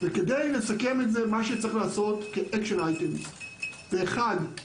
כדי לסכם, מה שצריך לעשות כ- action itemזה: אחד,